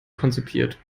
konzipiert